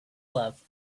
love